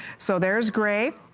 so there is gray